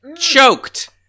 choked